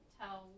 tell